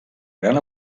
gran